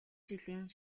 жилийн